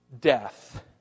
death